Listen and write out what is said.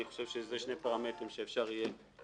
אני חושב שזה שני פרמטרים שאפשר יהיה.